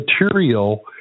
material